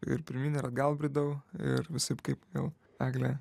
ir pirmyn ir atgal bridau ir visaip kaip gal eglė